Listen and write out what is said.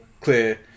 clear